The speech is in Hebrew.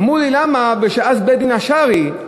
אמרו לי שבית-הדין השרעי,